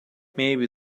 maybe